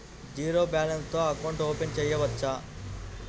Zero balance తో account open చేయవచ్చు?